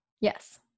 Yes